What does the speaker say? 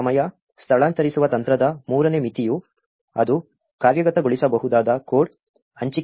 load ಸಮಯ ಸ್ಥಳಾಂತರಿಸುವ ತಂತ್ರದ ಮೂರನೇ ಮಿತಿಯು ಅದು ಕಾರ್ಯಗತಗೊಳಿಸಬಹುದಾದ ಕೋಡ್ ಹಂಚಿಕೆಯನ್ನು ತಡೆಯುತ್ತದೆ